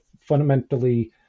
fundamentally